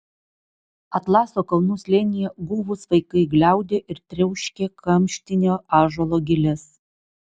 atlaso kalnų slėnyje guvūs vaikai gliaudė ir triauškė kamštinio ąžuolo giles